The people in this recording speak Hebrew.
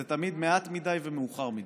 זה תמיד מעט מדי ומאוחר מדי.